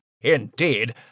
indeed